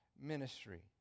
ministry